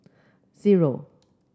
zero